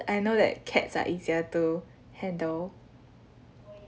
I know that cats are easier to handle